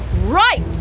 Right